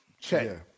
check